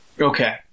okay